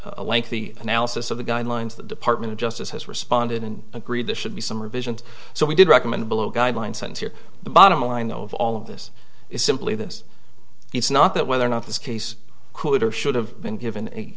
lengthy analysis of the guidelines the department of justice has responded and agreed this should be some revisions so we did recommend below guidelines and here the bottom line of all of this is simply this it's not that whether or not this case could or should have been given a